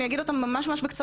אני אגיד אותם ממש בקצרה,